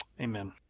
Amen